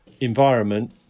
environment